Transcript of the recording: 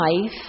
life